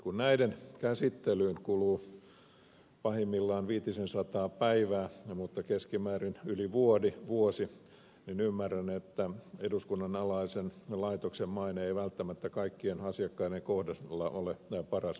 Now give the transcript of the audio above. kun näiden käsittelyyn kuluu pahimmillaan viitisensataa päivää mutta keskimäärin yli vuosi niin ymmärrän että eduskunnan alaisen laitoksen maine ei välttämättä kaikkien asiakkaiden kohdalla ole paras mahdollinen